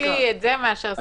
עדיף זה מאשר סגר.